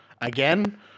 again